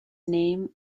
name